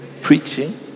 preaching